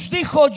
dijo